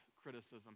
criticism